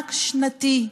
מענק שנתי?